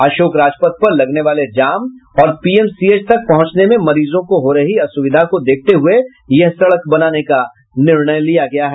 अशोक राजपथ पर लगने वाले जाम और पीएमसीएच तक पहुंचने में मरीजों को हो रही असुविधा को देखत हुये यह सड़क बनाने का निर्णय लिया गया है